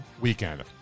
weekend